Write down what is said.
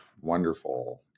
wonderful